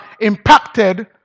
impacted